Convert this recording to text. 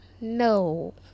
No